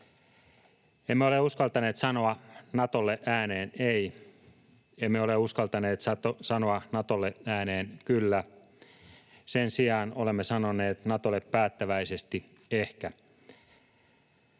Emme ole uskaltaneet sanoa Natolle ääneen ”ei”, emme ole uskaltaneet sanoa Natolle ääneen ”kyllä”, sen sijaan olemme sanoneet Natolle päättäväisesti ”ehkä”.